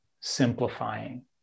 simplifying